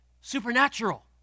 supernatural